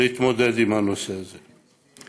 להתמודד עם הנושא הזה.